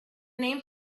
names